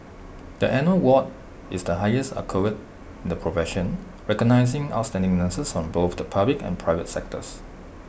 the annual award is the highest accolade in the profession recognising outstanding nurses from both the public and private sectors